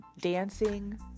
dancing